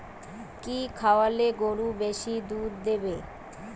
কি খাওয়ালে গরু বেশি দুধ দেবে?